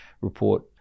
report